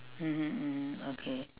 mmhmm mmhmm okay